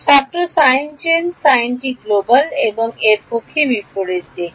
ছাত্র sign change সাইনটি global এবং এর পক্ষে বিপরীত দিক